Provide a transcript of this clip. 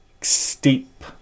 steep